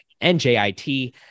NJIT